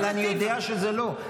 אבל אני יודע שזה לא.